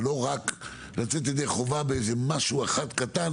ולא רק לצאת ידי חובה במשהו אחד קטן